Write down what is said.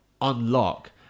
unlock